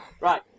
Right